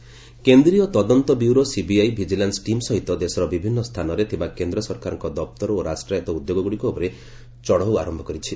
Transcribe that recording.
CBI checks କେନ୍ଦ୍ରୀୟ ତଦନ୍ତ bureau CBI vigilance team ସହିତ ଦେଶର ବିଭିନ୍ନ ସ୍ଥାନରେ ଥିବା କେନ୍ଦ୍ର ସରକାରଙ୍କ ଦପ୍ତର ଓ ରାଷ୍ଟ୍ରାୟତ୍ତ ଉଦ୍ୟୋଗ ଗୁଡ଼ିକ ଉପର ଚଢ଼ଉ ଆରମ୍ଭ କରିଛି